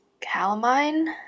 calamine